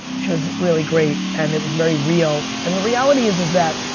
she was really great and it was very real and the reality is is that